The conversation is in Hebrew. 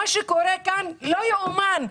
מה שקורה כאן זה לא ייאמן.